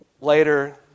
Later